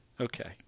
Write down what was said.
Okay